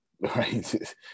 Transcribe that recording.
Right